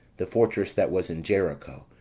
the fortress that was in jericho,